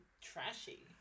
trashy